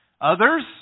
Others